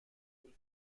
پول